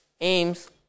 aims